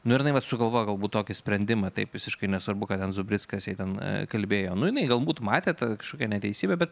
nu ir jinai vat sugalvojo galbūt tokį sprendimą taip visiškai nesvarbu ką ten zubrickas jai ten kalbėjo nu jinai galbūt matė tą kažkokią neteisybę bet